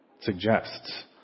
suggests